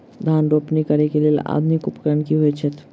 धान रोपनी करै कऽ लेल आधुनिक उपकरण की होइ छथि?